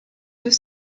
deux